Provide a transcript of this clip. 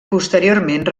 posteriorment